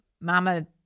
Mama